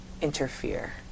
interfere